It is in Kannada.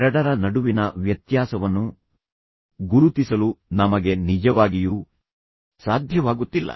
ಎರಡರ ನಡುವಿನ ವ್ಯತ್ಯಾಸವನ್ನು ಗುರುತಿಸಲು ನಮಗೆ ನಿಜವಾಗಿಯೂ ಸಾಧ್ಯವಾಗುತ್ತಿಲ್ಲ